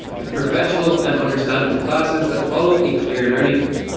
with professional and understandable classes, that follow a clear learning curve,